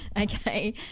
Okay